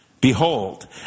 behold